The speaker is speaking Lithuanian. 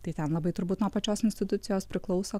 tai ten labai turbūt nuo pačios institucijos priklauso